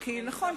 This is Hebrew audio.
נכון,